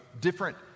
different